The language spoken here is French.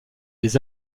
les